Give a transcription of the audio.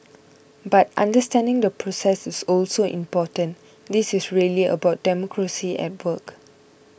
but understanding the process is also important this is really about democracy at work